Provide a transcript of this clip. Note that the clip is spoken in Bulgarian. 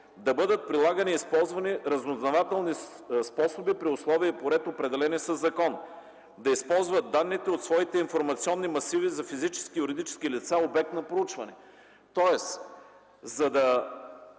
да бъдат прилагани и използвани разузнавателни способи при условия и ред, определени със закон, да използват данните от своите информационни масиви за физически и юридически лица, обект на проучване. За да